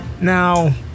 Now